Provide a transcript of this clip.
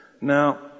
Now